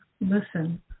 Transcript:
listen